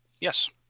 Yes